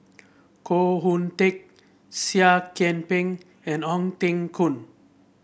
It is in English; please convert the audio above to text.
Koh Hoon Teck Seah Kian Peng and Ong Teng Koon